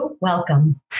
Welcome